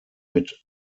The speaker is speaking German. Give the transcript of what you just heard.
mit